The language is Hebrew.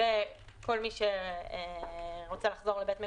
וכל מי שרוצה לחזור לבית מגוריו.